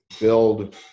build